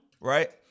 right